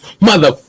mother